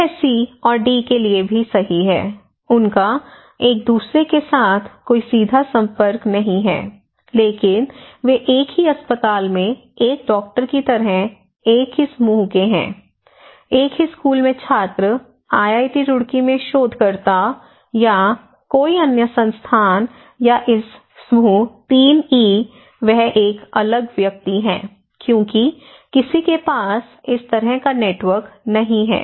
यह सी और डी के लिए भी सही है उनका एक दूसरे के साथ कोई सीधा संपर्क नहीं है लेकिन वे एक ही अस्पताल में एक डॉक्टर की तरह एक ही समूह के हैं एक ही स्कूल में छात्र आईआईटी रुड़की में शोधकर्ता या कोई अन्य संस्थान या इस समूह 3 ई वह एक अलग व्यक्ति है क्योंकि किसी के पास इस तरह का नेटवर्क नहीं है